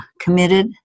committed